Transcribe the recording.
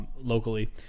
Locally